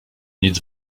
nic